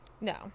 no